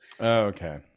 okay